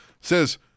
says